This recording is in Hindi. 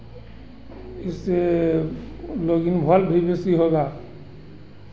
इससे वो लोग इनभॉल्व भी बेशी होगा